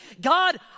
God